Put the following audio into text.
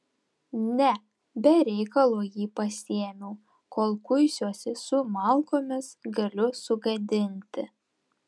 ne be reikalo jį pasiėmiau kol kuisiuosi su malkomis galiu sugadinti